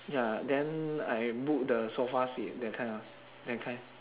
ya then I book the sofa sit that kind ah that kind